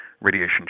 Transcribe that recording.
Radiation